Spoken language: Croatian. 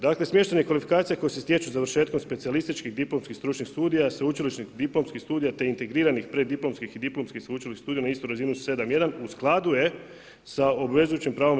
Dakle smještanje kvalifikacija koje se stječu završetkom specijalističkih diplomskih stručnih studija, sveučilišnih diplomskih studija te integriranih preddiplomskih i diplomskih sveučilišnih studija na razinu 7.1 u skladu je sa obvezujućim pravom EU.